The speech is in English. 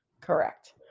Correct